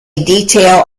detail